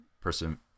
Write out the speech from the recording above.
person